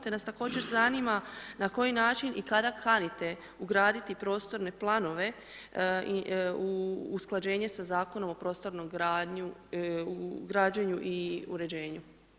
Te nas također zanima na koji način i kada kanite ugraditi prostorne planove u usklađenje sa zakonom u prostornom građenju i uređenju?